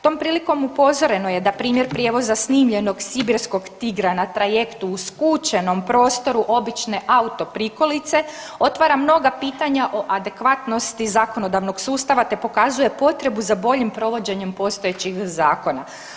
Tom prilikom upozoreno je da da primjer prijevoza snimljenog sibirskog tigra na trajektu u skučenom prostoru obične auto prikolice otvara mnoga pitanja o adekvatnosti zakonodavnog sustava, te pokazuje potrebu za boljim provođenjem postojećih zakona.